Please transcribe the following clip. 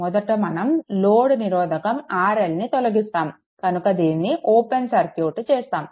మొదట మనం ఈ లోడ్ నిరోధకం RL ని తొలగిస్తాము కనుక దీనిని ఓపెన్ సర్క్యూట్ చేస్తాము